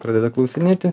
pradeda klausinėti